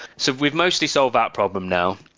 so we've mostly solved that problem now.